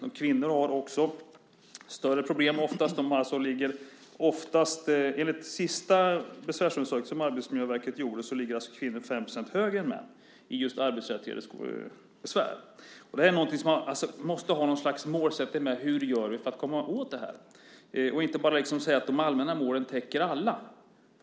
Och kvinnor har också oftast större problem. Enligt den senaste besvärsundersökningen, som Arbetsmiljöverket har gjort, ligger kvinnor 5 % högre än män just när det gäller arbetsrelaterade besvär. Här måste man alltså ha någon målsättning. Hur gör vi för att komma åt det här? Man kan liksom inte bara säga att de allmänna målen täcker alla.